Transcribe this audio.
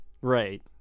Right